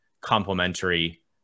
complementary